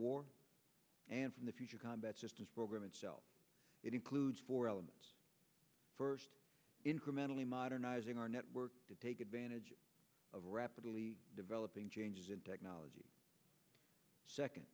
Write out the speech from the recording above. war and from the future combat systems program itself it includes four elements first incrementally modernizing our network to take advantage of rapidly developing changes in technology second